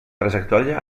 trajectòria